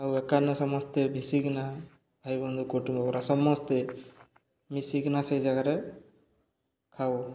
ଆଉ ଏକାନେ ସମସ୍ତେ ମିଶିକିନା ଭାଇବନ୍ଧୁ କୁଟୁମ୍ବ ପୁରା ସମସ୍ତେ ମିଶିକିନା ସେଇ ଜାଗାରେ ଖାଉ